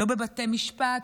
לא בבתי משפט,